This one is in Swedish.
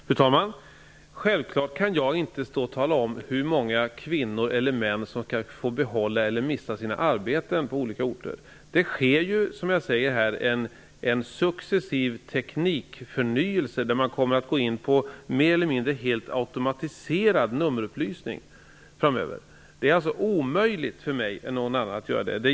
Fru talman! Självfallet kan jag inte tala om hur många kvinnor eller män som skall få behålla eller mista sina arbeten på olika orter. Det sker en successiv teknikförnyelse framöver med bl.a. mer eller mindre automatiserad nummerupplysning.